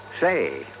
say